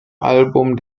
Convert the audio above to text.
album